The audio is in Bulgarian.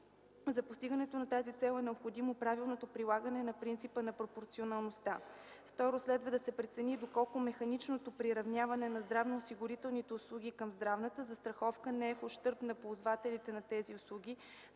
за постигането на тази цел е необходимо правилното прилагане на принципа на пропорционалността; - второ, следва да се прецени доколко механичното приравняване на здравноосигурителните услуги към здравната застраховка не е в ущърб на ползвателите на тези услуги.